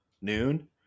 noon